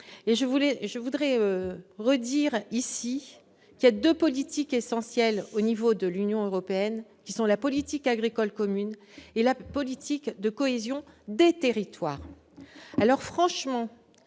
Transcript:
Je voudrais redire ici qu'il y a deux politiques essentielles au niveau de l'Union européenne : la politique agricole commune et la politique de cohésion des territoires.